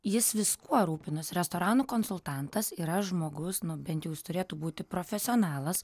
jis viskuo rūpinasi restoranų konsultantas yra žmogus nu bent jūs turėtų būti profesionalas